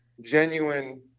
genuine